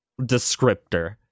descriptor